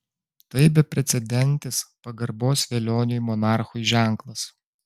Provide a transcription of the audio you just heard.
tai beprecedentis pagarbos velioniui monarchui ženklas